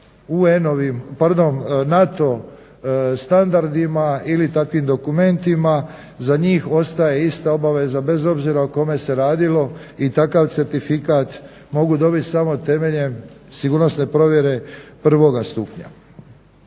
NATO standardima ili takvim dokumentima. Za njih ostaje ista obaveza, bez obzira o kome se radilo i takav certifikat mogu dobit samo temeljem sigurnosne provjere prvog stupnja.